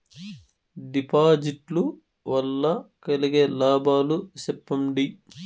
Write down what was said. డిపాజిట్లు లు వల్ల కలిగే లాభాలు సెప్పండి?